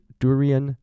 durian